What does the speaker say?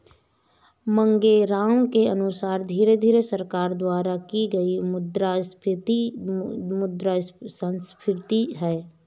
मांगेराम के अनुसार धीरे धीरे सरकार द्वारा की गई मुद्रास्फीति मुद्रा संस्फीति है